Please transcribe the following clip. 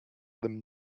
them